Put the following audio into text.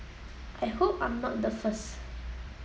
I hope I'm not the first